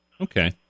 okay